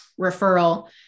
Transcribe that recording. referral